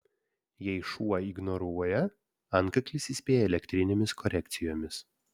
jei šuo ignoruoja antkaklis įspėja elektrinėmis korekcijomis